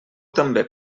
també